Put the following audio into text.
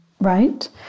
Right